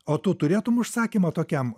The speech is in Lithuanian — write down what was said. o tu turėtum užsakymą tokiam